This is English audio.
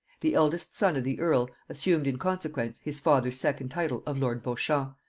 the eldest son of the earl assumed in consequence his father's second title of lord beauchamp,